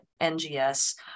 NGS